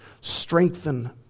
strengthen